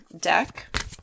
deck